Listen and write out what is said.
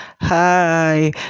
Hi